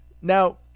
Now